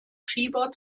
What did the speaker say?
schieber